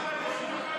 הקודמת,